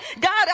God